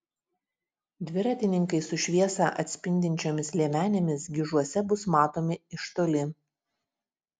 dviratininkai su šviesą atspindinčiomis liemenėmis gižuose bus matomi iš toli